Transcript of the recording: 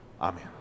Amen